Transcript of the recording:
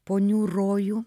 ponių rojų